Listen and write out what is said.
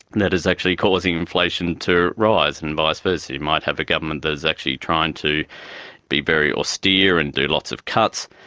that is actually causing inflation to rise. and vice versa you might have a government that is actually trying to be very austere and do lots of cuts,